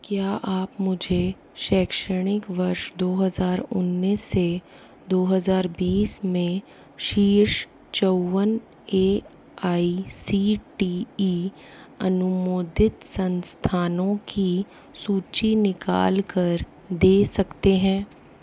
क्या आप मुझे शैक्षणिक वर्ष दो हज़ार उन्नीस से दो हज़ार बीस में शीर्ष चौवन A I C T E अनुमोदित संस्थानों की सूची निकाल कर दे सकते हैं